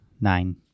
Nine